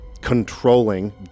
controlling